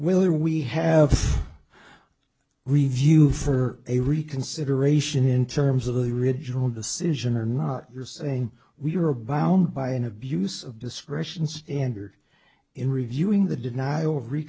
whether we have a review for a reconsideration in terms of the riginal decision or not you're saying we're a bound by an abuse of discretion standard in reviewing the denial